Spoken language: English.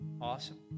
Awesome